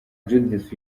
judith